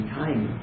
time